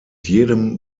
jedem